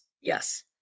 Yes